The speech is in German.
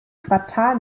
quartal